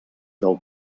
del